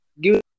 give